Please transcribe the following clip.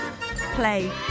Play